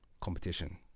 competition